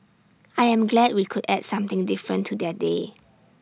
I am glad we could add something different to their day